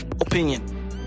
opinion